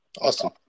Awesome